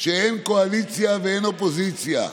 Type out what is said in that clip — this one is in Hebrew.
שאין קואליציה ואין אופוזיציה.